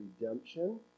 redemption